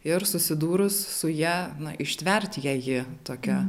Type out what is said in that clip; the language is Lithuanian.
ir susidūrus su ja ištverti jei ji tokia